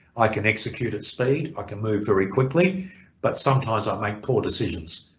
i can execute at speed, i can move very quickly but sometimes i make poor decisions.